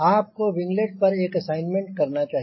आपको विंगलेट पर एक असाइनमेंट करना चाहिए